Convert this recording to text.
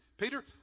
Peter